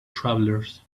travelers